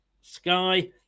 Sky